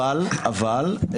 אבל אבל,